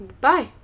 Bye